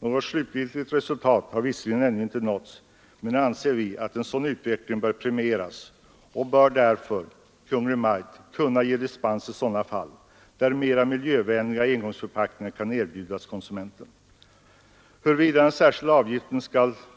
Något slutgiltigt resultat har visserligen ännu inte nåtts, men vi anser att en sådan utveckling bör premieras. Därför bör Kungl. Maj:t kunna ge dispens i sådana fall där mera miljövänliga engångsförpackningar kan erbjudas konsumenten. Huruvida den särskilda avgiften